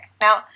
Now